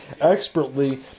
expertly